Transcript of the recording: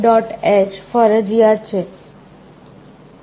h ફરજિયાત છે